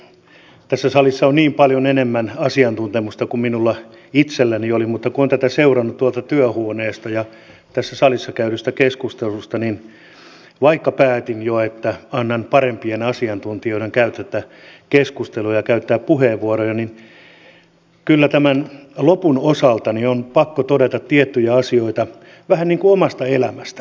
tässä salissa on hyvin paljon enemmän asiantuntemusta kuin minulla itselläni on mutta kun olen seurannut tuolta työhuoneesta tässä salissa käytyä keskustelua niin vaikka päätin jo että annan parempien asiantuntijoiden käydä tätä keskustelua ja käyttää puheenvuoroja niin kyllä tämän lopun osalta on pakko todeta tiettyjä asioita vähän niin kuin omasta elämästä